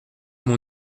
mon